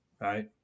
right